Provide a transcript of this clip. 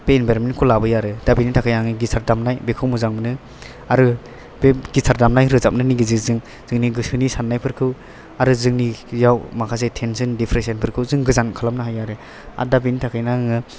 बे इनभारमेन्टखौ लाबोयो आरो दा बिनि थाखाय आङो गिथार दामनाय बेखौ मोजां मोनो आरो बे गिथार दामनाय रोजाबनायनि गेजेरजों जोंनि गोसोनि साननायफोरखौ आरो जोंनि आव माखासे थेनसन दिप्रेसनफोरखौ जों गोजान खालामनो हायो आरो आर दा बिनि थाखायनो आङो